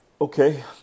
Okay